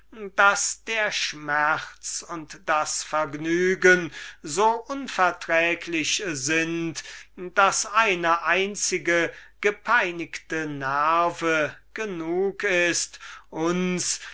daß der schmerz und das vergnügen so unverträglich sind daß eine einzige gepeinigte nerve genug ist uns